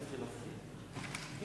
אני